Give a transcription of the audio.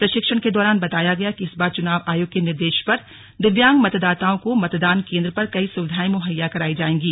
प्रशिक्षण के दौरान बताया गया कि इस बार चुनाव आयोग के निर्देश पर दिव्यांग मतदाताओं को मतदान केंद्र पर कई सुविधाएं मुहैया कराई जाएंगी